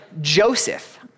Joseph